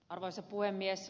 arvoisa puhemies